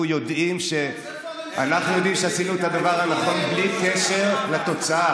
אנחנו יודעים שעשינו את הדבר הנכון בלי קשר לתוצאה.